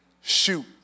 shoot